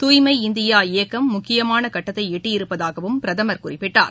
தூய்மை இந்தியா இயக்கம் முக்கியமானகட்டத்தைஎட்டியிருப்பதாகவும் பிரதமர் குறிப்பிட்டார்